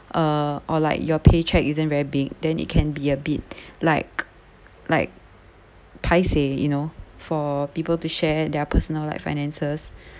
uh or like your paycheque isn't very big then it can be a bit like like paiseh you know for people to share their personal finances